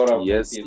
Yes